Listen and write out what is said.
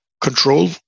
control